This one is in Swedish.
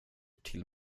till